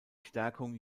stärkung